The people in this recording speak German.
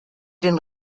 den